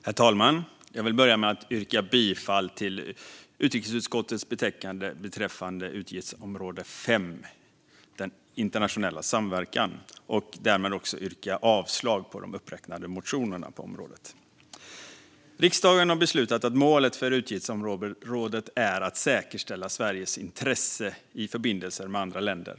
Herr talman! Jag vill börja med att yrka bifall till utskottets förslag i utrikesutskottets betänkande beträffande utgiftsområde 5 Internationell samverkan. Därmed yrkar jag också avslag på de uppräknade motionerna på området. Riksdagen har beslutat att målet för utgiftsområdet är att säkerställa Sveriges intressen i förbindelserna med andra länder.